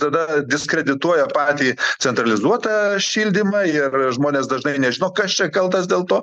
tada diskredituoja patį centralizuotą šildymą ir žmonės dažnai nežino kas čia kaltas dėl to